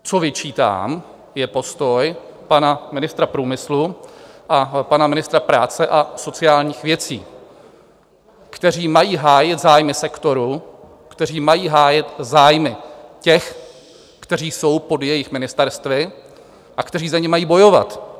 Co vyčítám, je postoj pana ministra průmyslu a pana ministra práce a sociálních věcí, kteří mají hájit zájmy sektoru, kteří mají hájit zájmy těch, kteří jsou pod jejich ministerstvy, a kteří za ně mají bojovat.